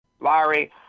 Larry